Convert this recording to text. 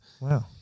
Wow